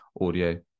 audio